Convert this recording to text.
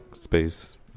space